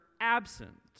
absent